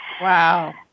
Wow